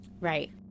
Right